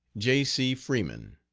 j. c. freeman.